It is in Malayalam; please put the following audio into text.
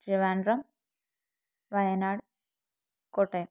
ട്രിവാൻഡ്രം വയനാട് കോട്ടയം